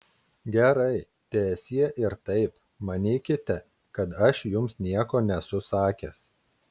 gerai teesie ir taip manykite kad aš jums nieko nesu sakęs